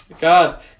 God